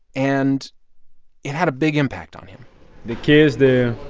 and it had a big impact on him the kids there,